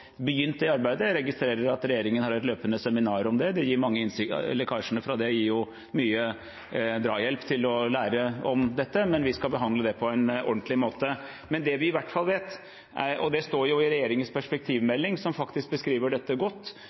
begynt det arbeidet, og jeg registrerer at regjeringen har et løpende seminar om det. Lekkasjene fra det gir jo mye drahjelp til å lære om dette, men vi skal behandle det på en ordentlig måte. Det vi i hvert fall vet – det står jo også i regjeringens perspektivmelding, som faktisk beskriver dette godt